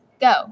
Go